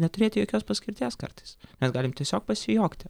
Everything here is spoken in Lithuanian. neturėti jokios paskirties kartais mes galim tiesiog pasijuokti